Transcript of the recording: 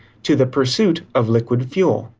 to the pursuit of liquid fuel?